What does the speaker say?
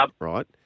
right